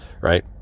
right